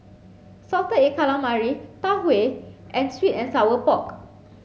salted egg calamari Tau Huay and sweet and sour pork